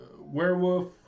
werewolf